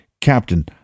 Captain